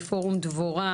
פורום דבורה